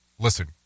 Listen